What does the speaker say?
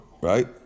right